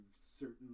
certain